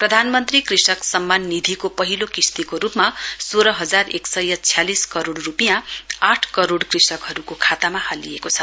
प्रधानमन्त्री कृषक सम्मान निधिको पहिलो किश्तीको रूपमा सोह्र हजार एक सय छ्यालिस करोड़ रुपियाँ आठ करोड़ कृषकहरूको खातामा हालिएको छ